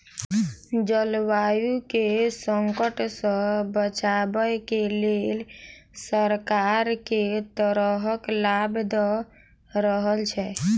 जलवायु केँ संकट सऽ बचाबै केँ लेल सरकार केँ तरहक लाभ दऽ रहल छै?